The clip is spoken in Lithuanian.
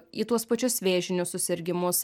į tuos pačius vėžinius susirgimus